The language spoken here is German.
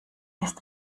ist